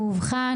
הוא אובחן,